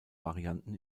varianten